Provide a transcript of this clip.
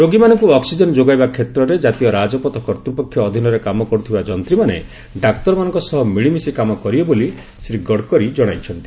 ରୋଗୀମାନଙ୍କୁ ଅକ୍କିଜେନ ଯୋଗାଇବା କ୍ଷେତ୍ରରେ ଜାତୀୟ ରାଜପଥ କର୍ତ୍ତୃପକ୍ଷ ଅଧୀନରେ କାମ କରୁଥିବା ଯନ୍ତ୍ରୀମାନେ ଡାକ୍ତରମାନଙ୍କ ସହ ମିଳିମିଶି କାମ କରିବେ ବୋଲି ଶ୍ରୀ ଗଡକରୀ ଜଣାଇଛନ୍ତି